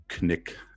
knick